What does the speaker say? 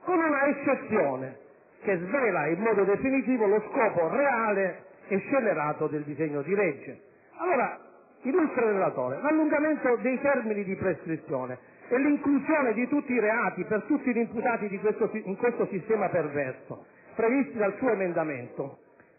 con un'eccezione che svela in modo definitivo lo scopo reale e scellerato del disegno di legge. Illustre relatore, l'allungamento dei termini di prescrizione e l'inclusione di tutti i reati e per tutti gli imputati in questo sistema perverso previsti dal suo emendamento,